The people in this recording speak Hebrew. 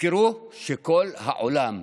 תזכרו שכל העולם,